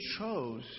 chose